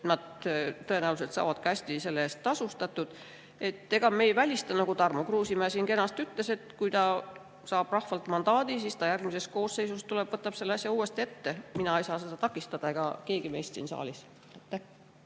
Nad tõenäoliselt saavad selle eest ka hästi tasustatud. Me ei välista, nagu Tarmo Kruusimäe siin kenasti ütles, et kui ta saab rahvalt mandaadi, siis ta järgmises koosseisus tuleb ja võtab selle asja uuesti ette. Mina ega keegi meist siin saalis